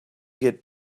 get